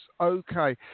okay